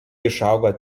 išauga